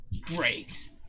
Great